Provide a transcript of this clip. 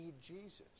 Jesus